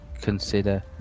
consider